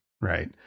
right